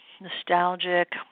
nostalgic